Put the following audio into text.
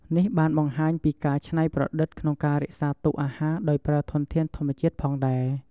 នេះបានបង្ហាញពីការច្នៃប្រឌិតក្នុងការរក្សាទុកអាហារដោយប្រើធនធានធម្មជាតិផងដែរ។